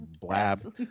Blab